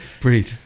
breathe